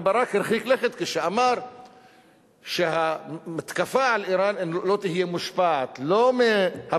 וברק הרחיק לכת כשאמר שהמתקפה על אירן לא תהיה מושפעת לא מהבחירות